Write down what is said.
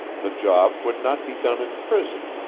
the job would not be done in prison,